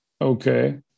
okay